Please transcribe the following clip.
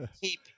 keep